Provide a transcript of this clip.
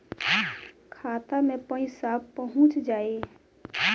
खाता मे पईसा पहुंच जाई